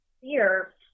fear